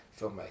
filmmaker